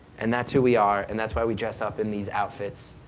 and that's who we are, and that's why we dress up in these outfits,